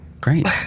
Great